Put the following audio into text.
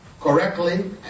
correctly